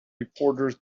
reporters